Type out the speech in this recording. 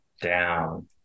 down